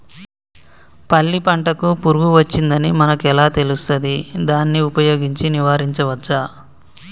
పల్లి పంటకు పురుగు వచ్చిందని మనకు ఎలా తెలుస్తది దాన్ని ఉపయోగించి నివారించవచ్చా?